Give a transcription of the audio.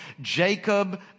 Jacob